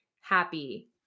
happy